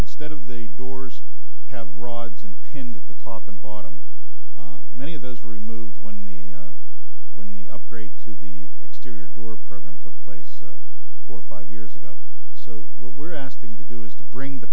instead of the doors have rods and pinned at the top and bottom many of those removed when the when the upgrade to the exterior door program took place for five years ago so what we're asking to do is to bring the